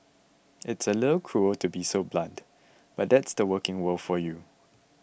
it's a little cruel to be so blunt but that's the working world for you